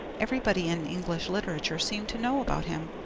everybody in english literature seemed to know about him,